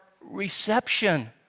reception